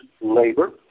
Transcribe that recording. labor